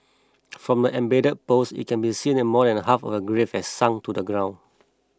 from the embedded post it can be seen that more than half of the grave had sunk into the ground